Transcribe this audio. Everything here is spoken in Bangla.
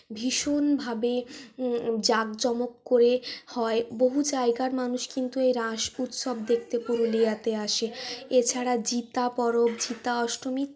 ভীষণভাবে জাঁকজমক করে হয় বহু জায়গার মানুষ কিন্তু এ রাস উৎসব দেখতে পুরুলিয়াতে আসে এছাড়া জিতা পরব জিতা অষ্টমী